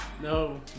No